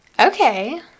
Okay